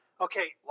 Okay